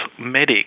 medic